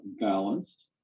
balanced